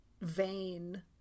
vain